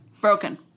Broken